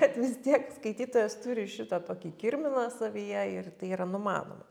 kad vis tiek skaitytojas turi šitą tokį kirminą savyje ir tai yra numanoma